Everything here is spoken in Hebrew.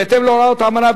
בהתאם להוראות האמנה.